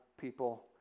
people